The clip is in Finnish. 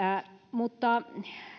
mutta